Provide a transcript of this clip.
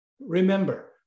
remember